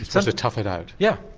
sort of tough it out? yeah,